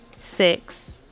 six